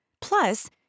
Plus